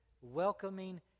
welcoming